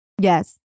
Yes